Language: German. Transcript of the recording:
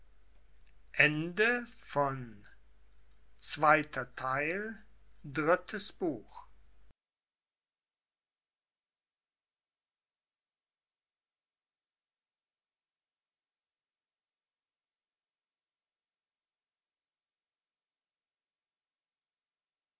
zweiter theil drittes buch